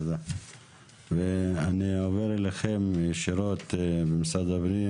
אני עובר ישירות למנכ"ל משרד הפנים,